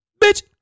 Bitch